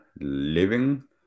living